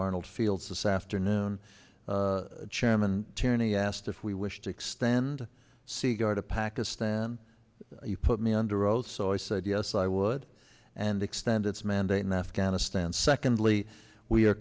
arnold fields this afternoon chairman tierney asked if we wish to extend c go to pakistan you put me under oath so i said yes i would and extend its mandate in afghanistan secondly we are